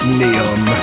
neon